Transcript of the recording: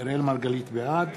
בעד